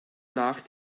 nach